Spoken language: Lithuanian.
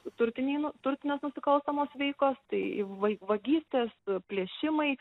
turtiniai nu turtinės nusikalstamos veikos tai va vagystės plėšimai